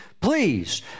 please